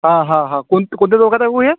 हां हां हां कोनत् कोणत्या चौकात आहे भाऊ हे